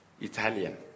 Italian